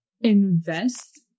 invest